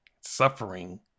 suffering